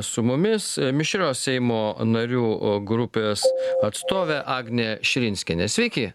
su mumis mišrios seimo narių grupės atstovė agnė širinskienė sveiki